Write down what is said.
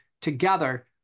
together